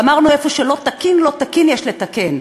ואמרנו, איפה שלא תקין: לא תקין, יש לתקן,